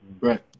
Right